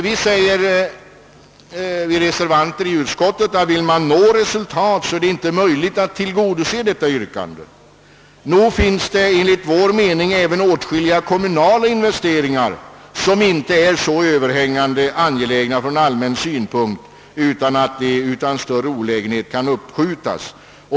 Vi som är reservanter i utskottet har sagt oss att om man vill nå resultat så är det inte möjligt att tillgodose detta yrkande. Enligt vår mening finns det även åtskilliga kommunala investeringar som inte är så överhängande angelägna från allmän synpunkt att de inte utan större olägenhet kan uppskjutas.